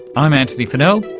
i'm antony funnell,